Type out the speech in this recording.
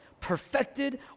perfected